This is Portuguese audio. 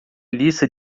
lista